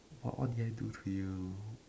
what what did I do to you